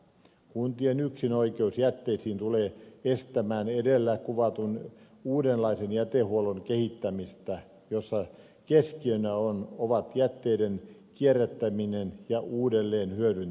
kuntien yksinoikeus jätteisiin tulee estämään edellä kuvatun uudenlaisen jätehuollon kehittämistä jossa keskiönä ovat jätteiden kierrättäminen ja uudelleenhyödyntäminen